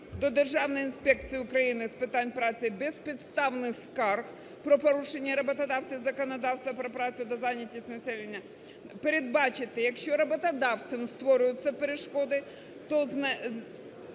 до Державної інспекції України з питань праці безпідставних скарг про порушення роботодавцем законодавства про працю та зайнятість населення. Передбачити, якщо роботодавцем створюються перешкоди, то це